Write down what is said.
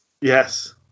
yes